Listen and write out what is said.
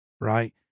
Right